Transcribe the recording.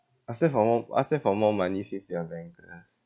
except for more except for more money saved to your bank ya